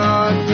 on